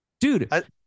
Dude